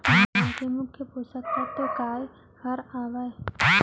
धान के मुख्य पोसक तत्व काय हर हावे?